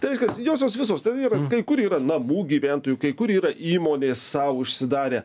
tai reiškias josios visos ten yra kai kur yra namų gyventojų kai kur yra įmonės sau užsidarę